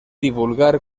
divulgar